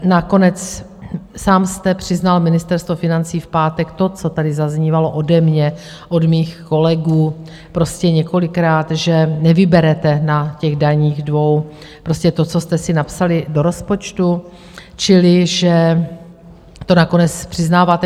Nakonec sám jste přiznal, Ministerstvo financí, v pátek to, co tady zaznívalo ode mě, od mých kolegů několikrát, že nevyberete na těch dvou daních to, co jste si napsali do rozpočtu, čili že to nakonec přiznáváte.